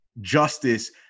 justice